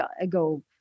ago